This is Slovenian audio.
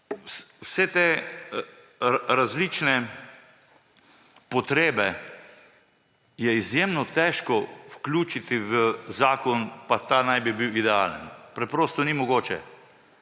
vse te različne potrebe je izjemno težko vključiti v zakon, pa ta naj bi bil idealen. Preprosto ni mogoče.